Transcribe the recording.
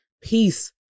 peace